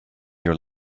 your